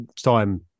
time